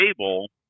table